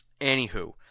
anywho